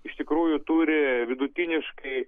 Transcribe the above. iš tikrųjų turi vidutiniškai